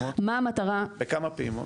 בכמה פעימות?